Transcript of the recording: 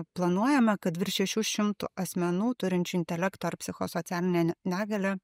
planuojame kad virš šešių šimtų asmenų turinčių intelekto ar psichosocialinę negalią